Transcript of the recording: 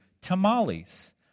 Tamales